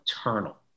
eternal